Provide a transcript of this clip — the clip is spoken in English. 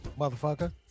Motherfucker